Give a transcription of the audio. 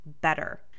better